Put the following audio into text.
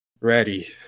Ready